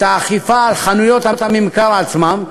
את האכיפה על חנויות הממכר עצמן,